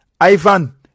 Ivan